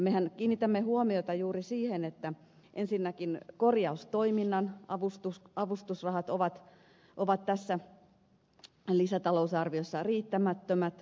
mehän kiinnitämme huomiota juuri siihen että ensinnäkin korjaustoiminnan avustusrahat ovat tässä lisätalousarviossa riittämättömät